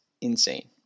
insane